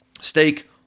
steak